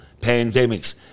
pandemics